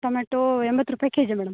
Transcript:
tomato ಎಂಬತ್ತು ರೂಪಾಯಿ kg madam